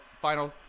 final